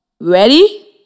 Ready